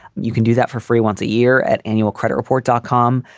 you can do that for free once a year at annualcreditreport dot com.